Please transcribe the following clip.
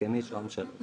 מהסכמים של הממשלות.